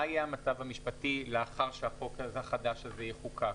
מה יהיה המצב המשפטי לאחר שהחוק החדש הזה יחוקק?